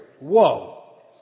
Whoa